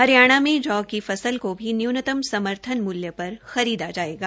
हरियाणा में जौं की फसल को भी न्यूनतम समर्थन मूल्य पर खरीदा जायेगा